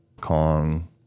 Kong